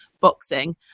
boxing